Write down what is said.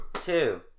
two